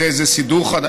זה איזה סידור חדש?